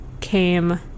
came